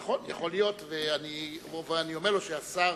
נכון, אבל אני אומר לו שהשר